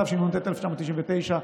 התשנ"ט 1999,